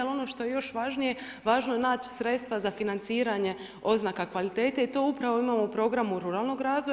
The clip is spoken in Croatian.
Ali ono što je još važnije važno je naći sredstva za financiranje oznaka kvalitete i to upravo imamo u programu ruralnog razvoja.